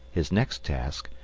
his next task,